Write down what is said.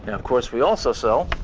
of course, we also sell